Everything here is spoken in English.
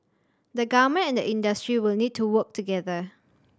the Government and the industry will need to work together